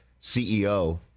CEO